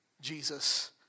Jesus